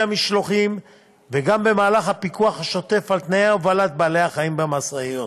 המשלוחים וגם במהלך הפיקוח השוטף על תנאי הובלת בעלי-חיים במשאיות.